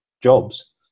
jobs